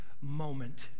moment